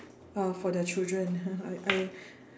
uh for their children I